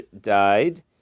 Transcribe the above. died